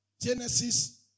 Genesis